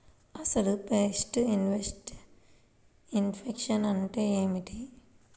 అసలు pest infection అంటే ఏమిటి?